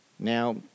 Now